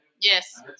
Yes